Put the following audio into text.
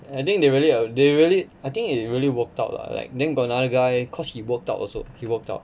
I think they really a~ they really I think it really worked out lah like then got another guy cause he worked out also he worked out